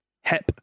Hep